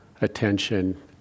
attention